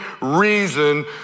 reason